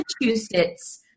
Massachusetts